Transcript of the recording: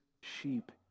sheep